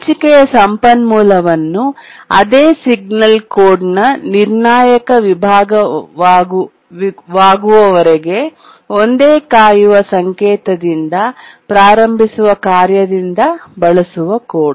ಹಂಚಿಕೆಯ ಸಂಪನ್ಮೂಲವನ್ನು ಅದೇ ಸಿಗ್ನಲ್ ಕೋಡ್ನ ನಿರ್ಣಾಯಕ ವಿಭಾಗವಾಗುವವರೆಗೆ ಒಂದೇ ಕಾಯುವ ಸಂಕೇತದಿಂದ ಪ್ರಾರಂಭಿಸುವ ಕಾರ್ಯದಿಂದ ಬಳಸುವ ಕೋಡ್